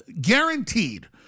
guaranteed